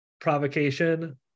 provocation